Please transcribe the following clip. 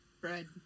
Bread